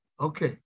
Okay